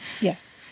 Yes